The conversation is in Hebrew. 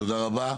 תודה רבה.